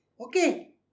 Okay